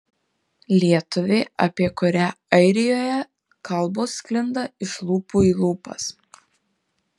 lietuvė apie kurią airijoje kalbos sklinda iš lūpų į lūpas